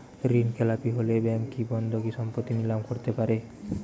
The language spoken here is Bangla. ঋণখেলাপি হলে ব্যাঙ্ক কি বন্ধকি সম্পত্তি নিলাম করতে পারে?